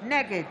נגד